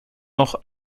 noch